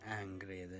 angry